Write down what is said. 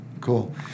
cool